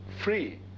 free